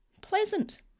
pleasant